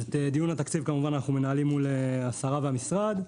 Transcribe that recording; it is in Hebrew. את דיון התקציב כמובן אנחנו מנהלים מול השרה והמשרד,